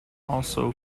also